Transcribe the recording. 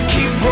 Keep